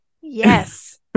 yes